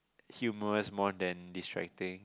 humorous more than distracting